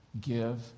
give